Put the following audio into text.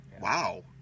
Wow